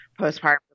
postpartum